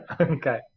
okay